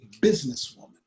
businesswoman